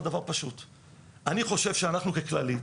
אני חושב שאנחנו ככללית,